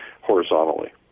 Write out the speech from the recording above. horizontally